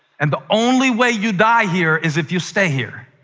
and the only way you die here is if you stay here.